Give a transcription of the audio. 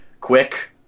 quick